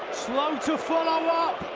slow to follow up.